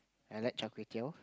I like char-kway-teow